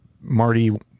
Marty